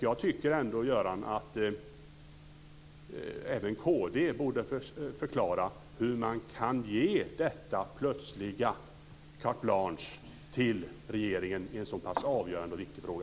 Jag tycker ändå, Göran Hägglund, att även kristdemokraterna borde förklara hur man kan ge detta plötsliga carte blanche till regeringen i en så pass avgörande och viktig fråga.